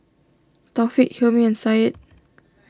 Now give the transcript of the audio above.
Taufik Hilmi and Syed